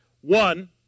One